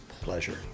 pleasure